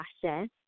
process